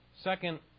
Second